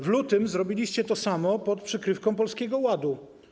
W lutym zrobiliście to samo pod przykrywką Polskiego Ładu.